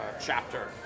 chapter